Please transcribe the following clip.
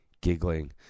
giggling